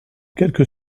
quelque